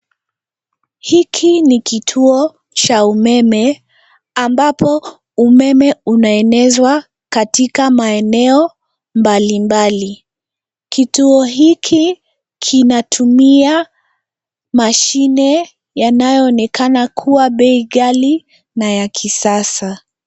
Hiki ni kituo cha umeme ambapo umeme unaenezwa katika maeneo mbalimbali. Kituo hiki kinatumia mashine yanayonekana kuwa bei ghali na ya kisasa.